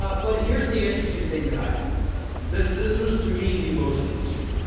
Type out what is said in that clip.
but but here's the interesting thing that i found in the report. this, this was to me, the most interesting.